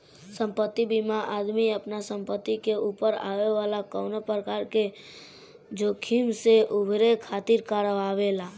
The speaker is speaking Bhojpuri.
संपत्ति बीमा आदमी आपना संपत्ति के ऊपर आवे वाला कवनो प्रकार के जोखिम से उभरे खातिर करावेला